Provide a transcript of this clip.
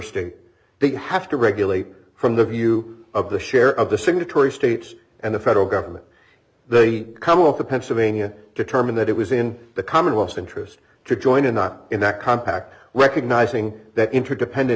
state they have to regulate from the view of the share of the signatory states and the federal government the commonwealth of pennsylvania determined that it was in the commonwealth interest to join and not in that compact recognizing that interdependent